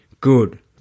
good